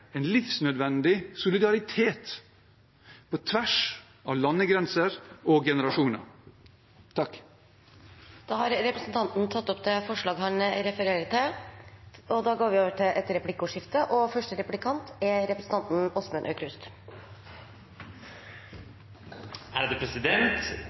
en livsnødvendig solidaritet på tvers av landegrenser og generasjoner. Representanten Per Espen Stoknes har tatt opp det forslaget han refererte til. Det blir replikkordskifte. Det er en viktig sak vi behandler i dag, og jeg vil takke representanten